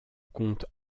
compte